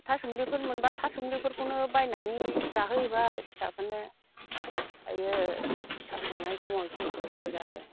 थासुमलिफोर मोनब्ला थासुमलिफोरखौनो बायनानै जाहोहैबाय फिसाफोरनो आयै फिसा खांनाय समाव जि खस्थ' जादों